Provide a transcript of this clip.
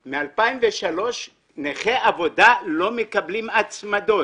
והם נכי עבודה, לא מקבלים הצמדות.